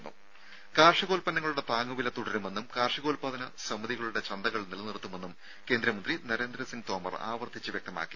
രും കാർഷികോല്പന്നങ്ങളുടെ താങ്ങുവില തുടരുമെന്നും കാർഷികോല്പാദന സമിതികളുടെ ചന്തകൾ നിലനിർത്തുമെന്നും കേന്ദ്രമന്ത്രി നരേന്ദ്രസിംഗ് തോമർ ആവർത്തിച്ച് വ്യക്തമാക്കി